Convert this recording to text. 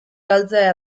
galtzea